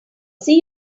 see